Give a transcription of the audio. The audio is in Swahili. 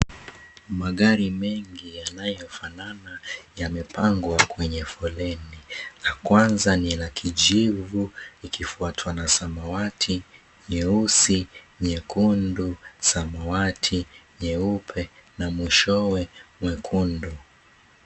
Magari mengi yanayofanana yamepangwa kwenye foleni. La kwanza ni la kijivu, likifuatiwa na samawati, nyeusi, nyekundu, samawati, nyeupe na mwishowe mwekundu.